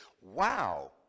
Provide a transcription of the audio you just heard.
Wow